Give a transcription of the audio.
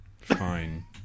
Fine